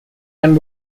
and